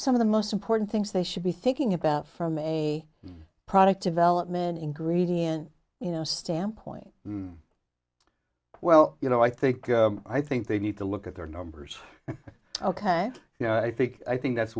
some of the most important things they should be thinking about from a product development in gradient you know stamp point well you know i think i think they need to look at their numbers ok you know i think i think that's